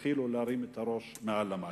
שהתחילו להרים את הראש מעל המים.